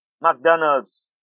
McDonald's